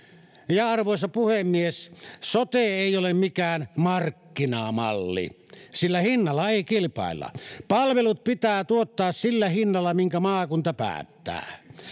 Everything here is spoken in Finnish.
ja arvoisa puhemies sote ei ole mikään markkinamalli sillä hinnalla ei kilpailla palvelut pitää tuottaa sillä hinnalla minkä maakunta päättää